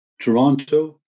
Toronto